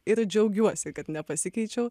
ir džiaugiuosi kad nepasikeičiau